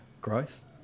growth